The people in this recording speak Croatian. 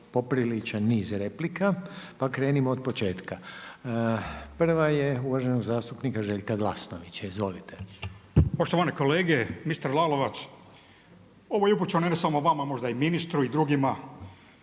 popriličan niz replika, pa krenimo od početka. Prva je uvaženom zastupnika Željka Glasnovića. Izvolite. **Glasnović, Željko (Nezavisni)** Poštovani kolege, ministar Lalovac. Ovo je upućeno ne samo vama, možda i ministru i drugima.